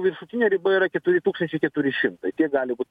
viršutinė riba yra keturi tūkstančiai keturi šimtai tiek gali būt